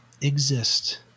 exist